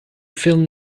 films